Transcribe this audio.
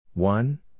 One